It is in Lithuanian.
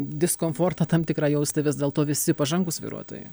diskomfortą tam tikrą jausti vis dėlto visi pažangūs vairuotojai